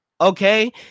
okay